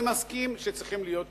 אני מסכים שצריכים להיות שינויים,